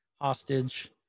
hostage